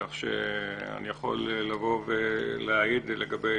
כך שאני יכול להעיד לגבי